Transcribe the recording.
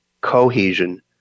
cohesion